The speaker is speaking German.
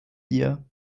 dir